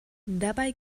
dabei